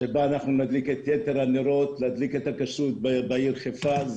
שבה אנחנו נדליק את יתר הנרות להדליק את הכשרות בעיר חיפה.